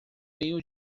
meio